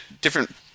different